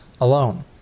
alone